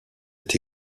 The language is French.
est